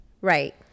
right